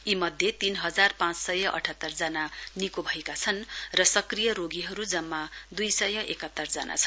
यीमध्ये तीन हजार पाँच सय अठात्तर जना निको भएका छन् र सक्रिय रोगीहरू जम्मा दुई सय सकात्तर जना छन्